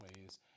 ways